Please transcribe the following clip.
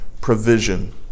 provision